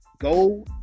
go